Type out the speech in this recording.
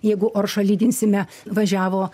jeigu oršą lyginsime važiavo